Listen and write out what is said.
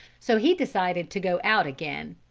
so he decided to go out again.